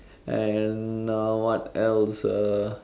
and uh what else ah